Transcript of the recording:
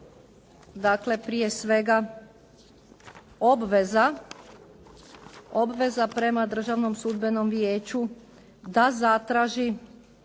Dakle, prije svega obveza prema Državnom sudbenom vijeću da zatraži